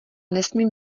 nesmím